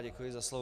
Děkuji za slovo.